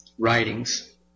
writings